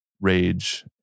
rage